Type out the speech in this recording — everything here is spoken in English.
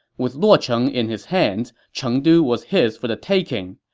with luocheng in his hands, chengdu was his for the taking.